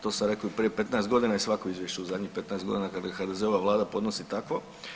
To sam rekao i prije 15 godina i svako izvješće u zadnjih 15 godina kad ga HDZ-ova vlada podnosi takvo.